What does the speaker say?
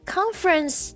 Conference